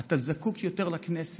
אתה זקוק יותר לכנסת,